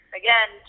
again